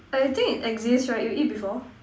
I think it exists right you eat before